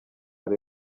ari